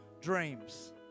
dreams